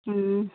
ହୁଁ